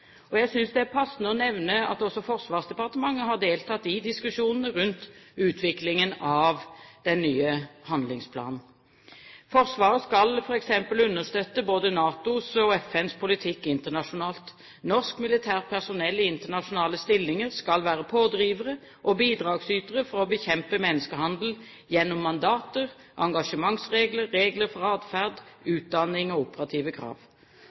Jeg synes det er passende å nevne at også Forsvarsdepartementet har deltatt i diskusjonene rundt utviklingen av den nye handlingsplanen. Forsvaret skal f.eks. understøtte både NATOs og FNs politikk internasjonalt. Norsk militært personell i internasjonale stillinger skal være pådrivere og bidragsytere for å bekjempe menneskehandel gjennom mandater, engasjementsregler, regler for adferd, utdanning og operative krav.